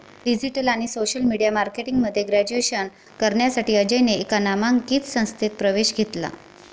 digital आणि social media marketing मध्ये graduation करण्यासाठी अजयने एका नामांकित संस्थेत प्रवेश घेतला